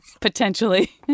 potentially